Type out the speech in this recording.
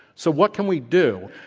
so, what can we do?